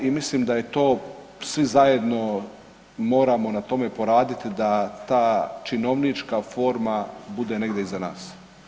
I mislim da je to, svi zajedno moramo na tome poraditi da ta činovnička forma bude negdje iza nas.